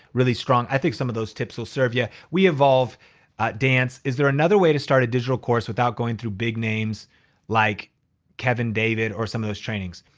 really strong. i think some of those tips will serve you. yeah we evolve a dance, is there another way to start a digital course without going through big names like kevin david or some of those trainings?